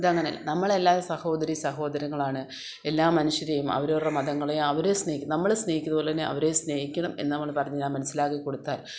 ഇതങ്ങനെ നമ്മളെല്ലാം സഹോദരീസഹോദരങ്ങളാണ് എല്ലാ മനുഷ്യരെയും അവരവരുടെ മതങ്ങളേയും അവരെ നമ്മളെ സ്നേഹിക്കുന്നതുപോലെ അവരെയും സ്നേഹിക്കണമെന്ന് അവനു മനസിലാക്കി കൊടുത്താൽ